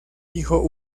hijo